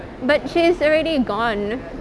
but she is already gone